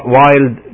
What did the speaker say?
wild